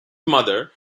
mother